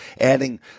adding